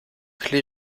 clé